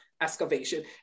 excavation